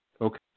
Okay